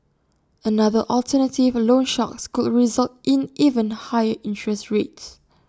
another alternative loan sharks could result in even higher interest rates